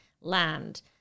land